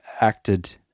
acted